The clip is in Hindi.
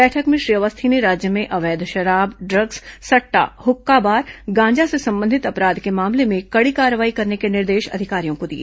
बैठक में श्री अवस्थी ने राज्य में अवैध शराब ड्रग्स सट्टा हुक्काबार गांजा से संबंधित अपराध के मामलों में कड़ी कार्रवाई करने के निर्देश अधिकारियों को दिए